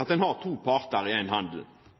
at en har to parter i en handel.